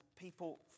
people